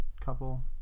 couple